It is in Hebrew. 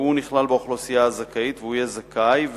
הוא נכלל באוכלוסייה הזכאית והוא יהיה זכאי,